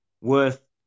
worth